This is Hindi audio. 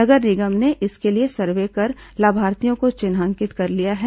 नगर निगम ने इसके लिए सर्वे कर लाभार्थियों को चिन्हित कर लिया है